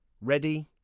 Ready